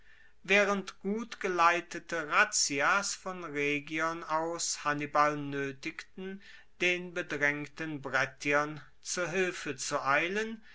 waehrend gut geleitete razzias von rhegion aus hannibal noetigten den bedraengten brettiern zu hilfe zu eilen